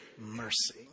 mercy